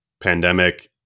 pandemic